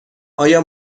آیا